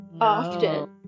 often